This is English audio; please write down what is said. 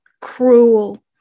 cruel